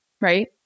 right